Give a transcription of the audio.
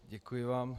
Děkuji vám.